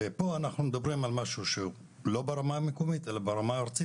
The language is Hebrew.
ופה אנחנו מדברים על משהו שהוא לא ברמה המקומית אלא ברמה הארצית.